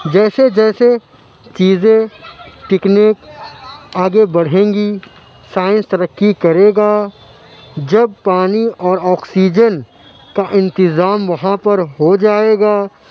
جیسے جیسے چیزیں ٹکنے آگے بڑھیں گی سائنس ترقی کرے گا جب پانی اور آکسیجن کا انتظام وہاں پر ہو جائے گا